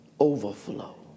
overflow